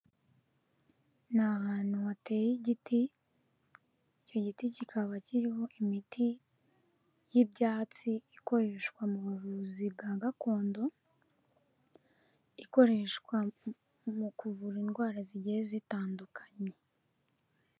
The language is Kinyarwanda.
Ni ahantu hateye igiti, icyo giti kikaba kiriho imiti y'ibyatsi ikoreshwa mu buvuzi bwa gakondo, ikoreshwa mu kuvura indwara zigiye zitandukanye.